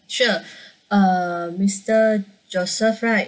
sure uh mister joseph right